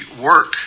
work